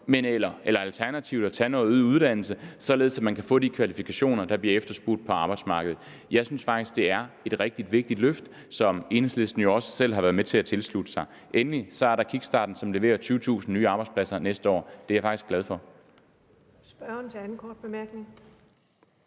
eller alternativt at tage yderligere uddannelse, således at man kan få de kvalifikationer, der bliver efterspurgt på arbejdsmarkedet. Jeg synes faktisk, at det er et rigtig vigtigt løft, som Enhedslisten jo også selv har været med til at tilslutte sig. Endelig er der kickstarten, som leverer 20.000 nye arbejdspladser næste år. Det er jeg faktisk glad for.